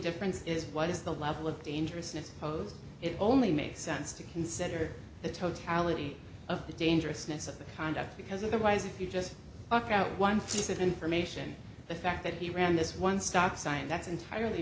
difference is what is the level of dangerousness posed it only makes sense to consider the totality of the dangerousness of the conduct because otherwise if you just walk out one piece of information the fact that he ran this one stop sign that's entirely